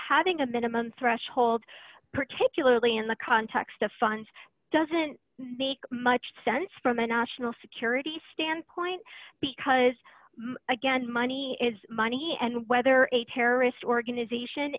having a minimum threshold particularly in the context of funds doesn't make much sense from a national security standpoint because again money is money and whether a terrorist organisation